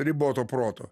riboto proto